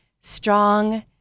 strong